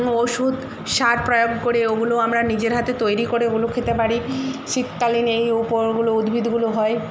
ওষুধ সার প্রয়োগ করে ওগুলোও আমরা নিজের হাতে তৈরি করে ওগুলো খেতে পারি শীতকালীন এই উপরগুলো উদ্ভিদগুলো হয়